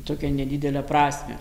tokią nedidelę prasmę